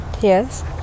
Yes